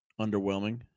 underwhelming